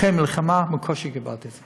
אחרי מלחמה, בקושי קיבלתי את זה.